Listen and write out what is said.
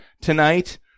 tonight